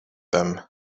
them